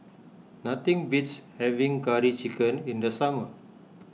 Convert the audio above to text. nothing beats having Curry Chicken in the summer